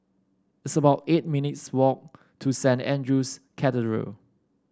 it's about eight minutes walk to Saint Andrew's Cathedral